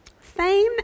fame